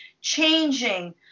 changing